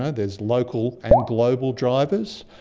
ah there is local and global drivers,